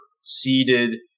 seated